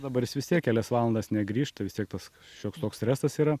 dabar jis vis tiek kelias valandas negrįš tai vis tiek tas šioks toks stresas yra